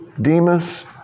Demas